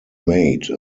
made